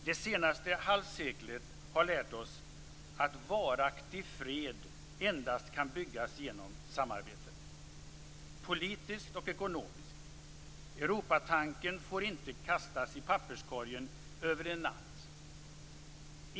Det senaste halvseklet har lärt oss att varaktig fred endast kan byggas genom samarbete - politiskt och ekonomiskt. Europatanken får inte kastas i papperskorgen över en natt.